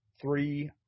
three